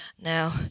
Now